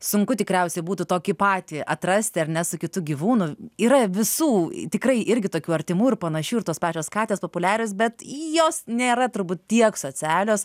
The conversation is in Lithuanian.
sunku tikriausiai būtų tokį patį atrasti ar ne su kitu gyvūnu yra visų tikrai irgi tokių artimų ir panašių ir tos pačios katės populiarios bet jos nėra turbūt tiek socialios